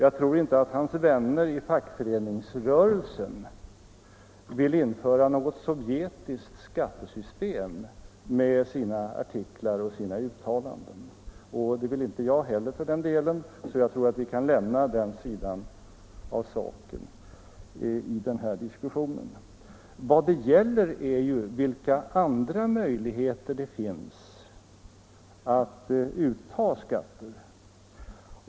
Jag tror inte att hans vänner inom fackföreningsrörelsen vill införa något sovjetiskt skattesystem med sina artiklar och uttalanden, och det vill inte jag heller för den delen, så den sidan av saken kan vi lämna i den här diskussionen. Vad det gäller är vilka andra möjligheter det finns att ta ut skatter.